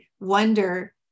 wonder